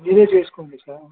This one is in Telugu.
మీరే చేసుకోండి సార్